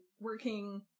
working